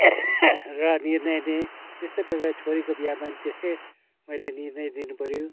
र निर्णय लिएँ त्यस्तै प्रकारले छोरीको बिहेमा पनि त्यस्तै मैले निर्णय लिनु पऱ्यो